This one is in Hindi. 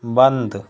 बंद